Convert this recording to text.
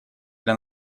для